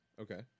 Okay